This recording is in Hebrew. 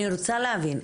אני רוצה להבין,